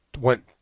went